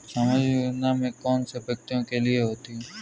सामाजिक योजना कौन से व्यक्तियों के लिए होती है?